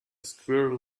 squirrel